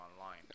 online